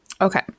Okay